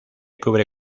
cubre